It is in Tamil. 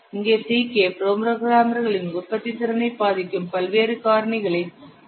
இங்கே Ck புரோகிராமர்களின் உற்பத்தித்திறனை பாதிக்கும் பல்வேறு காரணிகளை குறிக்கிறது